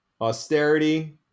Austerity